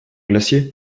glacier